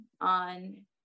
on